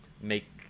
make